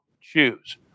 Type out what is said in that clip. choose